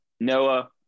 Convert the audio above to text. Noah